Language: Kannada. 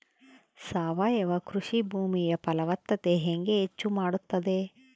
ಸಾವಯವ ಕೃಷಿ ಭೂಮಿಯ ಫಲವತ್ತತೆ ಹೆಂಗೆ ಹೆಚ್ಚು ಮಾಡುತ್ತದೆ?